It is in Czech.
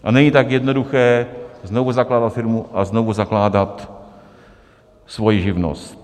A není tak jednoduché znovu zakládat firmu a znovu zakládat svoji živnost.